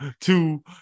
two